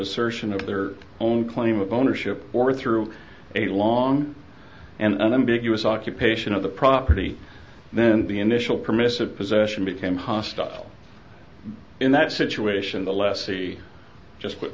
assertion of their own claim of ownership or through a long and ambiguous occupation of the property then the initial permissive possession became hostile in that situation the lessee just